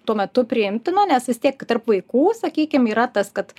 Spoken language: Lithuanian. tuo metu priimtina nes vis tiek tarp vaikų sakykim yra tas kad